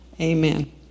Amen